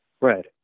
Right